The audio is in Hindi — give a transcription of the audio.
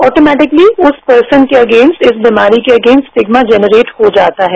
ऑटोमेटिकली उस परसन के अगेन्ट उस बीमारी के अगेन्ट स्टिग्मा जेनरेट हो जाता है